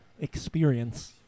experience